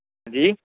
ਜੀ